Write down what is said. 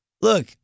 look